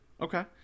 Okay